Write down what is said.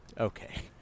Okay